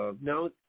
now